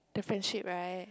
differentiate right